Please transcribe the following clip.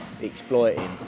exploiting